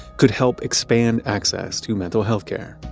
could help expand access to mental health care.